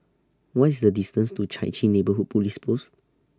What IS The distance to Chai Chee Neighbourhood Police Post